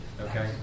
okay